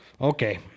Okay